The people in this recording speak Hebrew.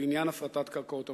בעניין הפרטת קרקעות המדינה.